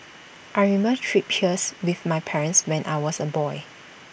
I remember trips hairs with my parents when I was A boy